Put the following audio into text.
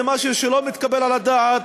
זה משהו שלא מתקבל על הדעת,